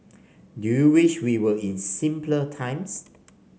do you wish we were in simpler times